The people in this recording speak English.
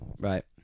right